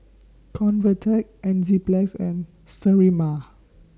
Convatec Enzyplex and Sterimar